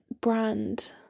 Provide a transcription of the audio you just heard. brand